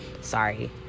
sorry